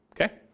okay